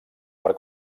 per